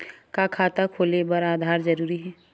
का खाता खोले बर आधार जरूरी हे?